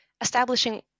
establishing